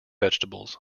vegetables